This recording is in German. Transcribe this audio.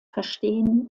verstehen